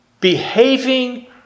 behaving